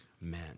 men